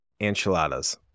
enchiladas